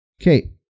Okay